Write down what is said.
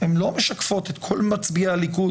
הם לא משקפות את כל מצביעי הליכוד,